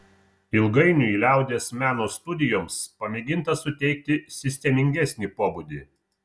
ilgainiui liaudies meno studijoms pamėginta suteikti sistemingesnį pobūdį